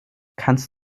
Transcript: kannst